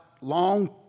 long